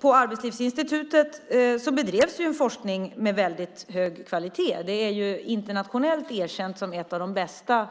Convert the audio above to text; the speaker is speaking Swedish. På Arbetslivsinstitutet bedrevs en forskning med väldigt hög kvalitet. Det är internationellt erkänt som ett av de bästa